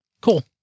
cool